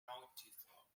noticeable